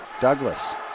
Douglas